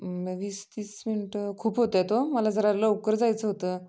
वीस तीस मिनटं खूप होत आहेत हो मला जरा लवकर जायचं होतं